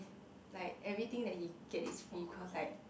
like everything that he get is free cause like